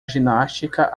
ginástica